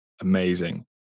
amazing